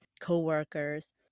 co-workers